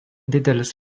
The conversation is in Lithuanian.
didelis